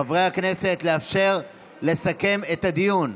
חברי הכנסת, לאפשר לסכם את הדיון.